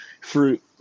fruit